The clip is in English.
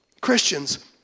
Christians